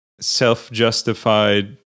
self-justified